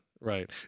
right